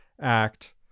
Act